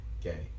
gay